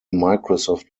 microsoft